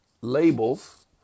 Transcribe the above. labels